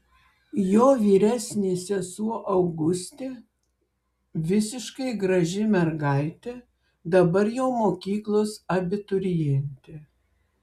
jo vyresnė sesuo augustė visiškai graži mergaitė dabar jau mokyklos abiturientė